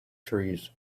trees